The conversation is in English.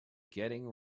getting